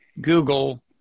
Google